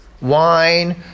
Wine